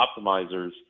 optimizers